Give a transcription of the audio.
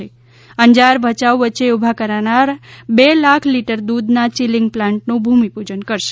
અંજાર ભયાઉ વચ્ચે ઉભા કરાનાર બે લાખ લીટર દૂધના ચિલિંગ પ્લાન્ટનું ભૂમિપૂજન કરશે